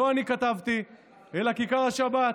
לא אני כתבתי, אלא כיכר השבת.